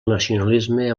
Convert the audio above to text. nacionalisme